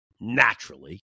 naturally